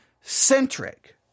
centric